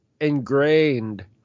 ingrained